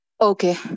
Okay